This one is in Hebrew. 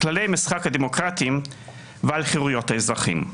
כללי המשחק הדמוקרטיים ועל חרויות האזרחים.